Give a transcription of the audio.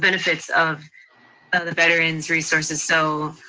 benefits of the veterans resources, so